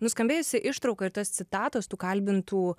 nuskambėjusi ištrauka ir tos citatos tų kalbintų